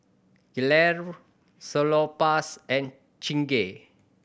Gelare Salonpas and Chingay